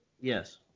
Yes